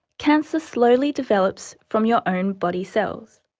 cancer slowly develops from your own body cells.